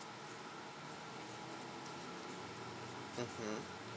mmhmm